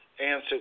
answer